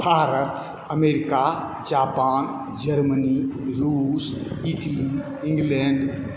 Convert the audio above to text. Bharat America Japan Germany रूस Italy England